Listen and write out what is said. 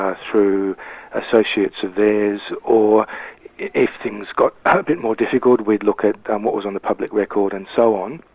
ah through associates of theirs, or if things got a bit more difficult, we'd look at what was on the public record and so on.